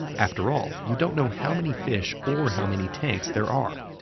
after all, you don't know how many fish or how many tanks there are,